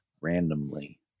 randomly